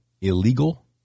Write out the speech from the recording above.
illegal